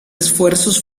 esfuerzos